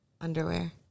Underwear